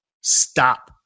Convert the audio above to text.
stop